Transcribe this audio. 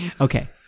Okay